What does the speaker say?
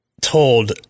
told